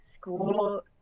school